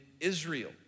Israel